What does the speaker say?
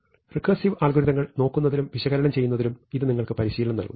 recursive അൽഗോരിതങ്ങൾ നോക്കുന്നതിലും വിശകലനം ചെയ്യൂന്നതിലും ഇത് നിങ്ങൾക്ക് പരിശീലനം നൽകുന്നു